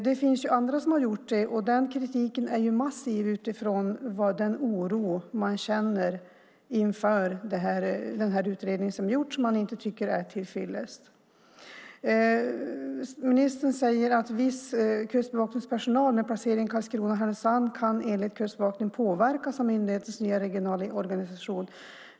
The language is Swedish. Det finns andra som har gjort det, och kritiken är massiv utifrån den oro man känner inför den utredning som gjorts och som man inte tycker är till fyllest. Ministern säger att viss kustbevakningspersonal med placering i Karlskrona och Härnösand enligt Kustbevakningen kan påverkas av myndighetens nya regionala organisation.